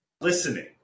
listening